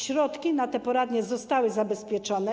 Środki na te poradnie zostały zabezpieczone.